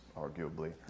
arguably